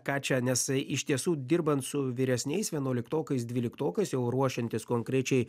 ką čia nes iš tiesų dirbant su vyresniais vienuoliktokais dvyliktokais jau ruošiantis konkrečiai